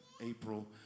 April